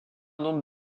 nombre